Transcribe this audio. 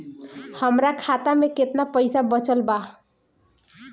हमरा खाता मे केतना पईसा बचल बा?